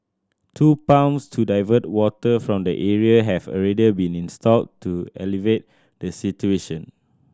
two pumps to divert water from the area have already been installed to alleviate the situation